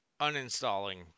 Uninstalling